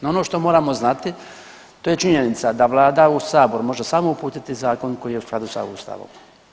No ono što moramo znati to je činjenica da vlada u sabor može samo uputiti zakon koji je u skladu sa ustavom.